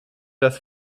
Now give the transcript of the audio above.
das